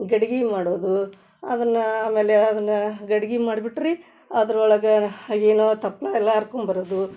ಗಡ್ಗೆ ಮಾಡೋದು ಅದನ್ನು ಆಮೇಲೆ ಅದನ್ನು ಗಡ್ಗೆ ಮಾಡ್ಬಿಟ್ಟು ರೀ ಅದ್ರೊಳ್ಗೆ ಏನೋ ತಪ್ಲು ಎಲ್ಲ ಹರ್ಕೊಂಬರೋದು